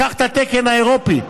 קח את התקן האירופי.